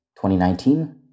2019